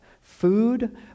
food